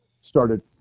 started